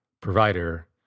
provider